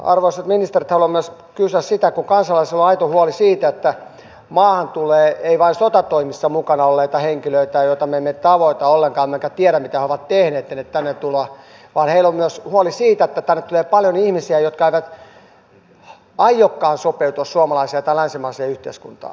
arvoisat ministerit haluan myös kysyä sitä kun kansalaisilla on aito huoli siitä että maahan tulee ei vain sotatoimissa mukana olleita henkilöitä joita me emme tavoita ollenkaan emmekä tiedä mitä he ovat tehneet ennen tänne tuloa vaan heillä on myös huoli siitä että tänne tulee paljon ihmisiä jotka eivät aiokaan sopeutua suomalaiseen tai länsimaiseen yhteiskuntaan